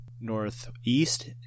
northeast